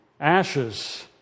ashes